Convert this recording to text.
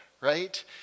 right